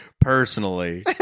personally